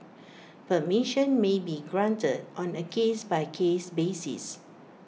permission may be granted on A case by case basis